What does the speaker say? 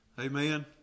Amen